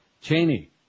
Cheney